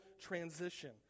transition